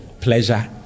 pleasure